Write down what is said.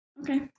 okay